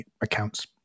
accounts